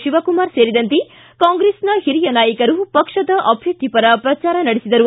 ಶಿವಕುಮಾರ್ ಸೇರಿದಂತೆ ಕಾಂಗ್ರೆಸ್ನ ಹಿರಿಯ ನಾಯಕರು ಪಕ್ಷದ ಅಭ್ಯರ್ಥಿ ಪರ ಪ್ರಜಾರ ನಡೆಸಿದರು